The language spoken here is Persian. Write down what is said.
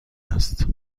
است